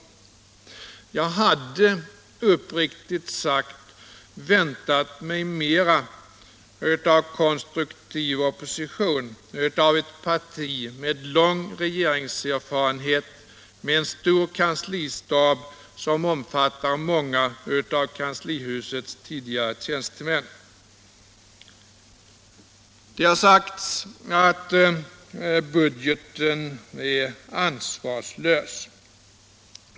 Jag hade uppriktigt sagt väntat mig mera av konstruktiv opposition av ett parti med en lång regeringserfarenhet och med en stor kanslistab som omfattar många av kanslihusets tidigare tjänstemän. Det har sagts att budgeten är ansvarslös.